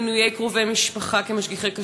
מינוי קרובי משפחה כמשגיחי כשרות,